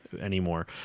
anymore